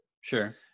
sure